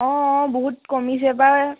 অঁ অঁ বহুত কমিছে বাৰ